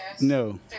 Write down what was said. No